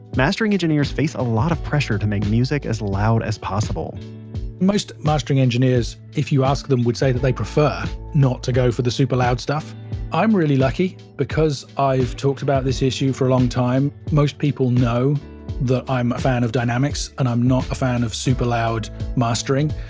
mastering engineers face a lot of pressure to make music as loud as possible most mastering engineers, if you ask them, would say that they prefer not to go for the super loud stuff i'm really lucky because i've talked about this issue for a long time. most people know that i'm a fan of dynamics, and i'm not a fan of super-loud mastering.